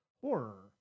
horror